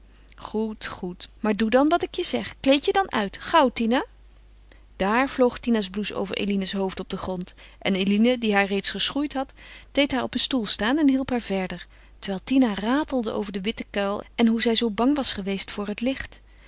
goed goed maar doe dan wat ik je zeg kleed je dan uit gauw tina daar vloog tina's blouse over eline's hoofd op den grond en eline die haar reeds geschoeid had deed haar op een stoel staan en hielp haar verder terwijl tina ratelde over den witten kuil en hoe zij zoo bang was geweest voor het licht